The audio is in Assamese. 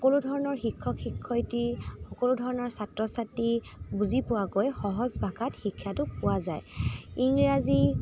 সকলো ধৰণৰ শিক্ষকশিক্ষয়িত্ৰী সকলো ধৰণৰ ছাত্ৰ ছাত্ৰী বুজি পোৱাকৈ সহজ ভাষাত শিক্ষাটো পোৱা যায় ইংৰাজী